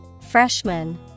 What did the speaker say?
Freshman